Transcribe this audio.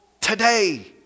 today